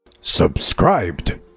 Subscribed